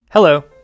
Hello